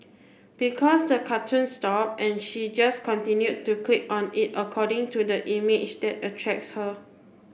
because the cartoon stopped and she just continued to click on it according to the image that attracts her